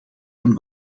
een